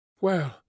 Well